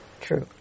true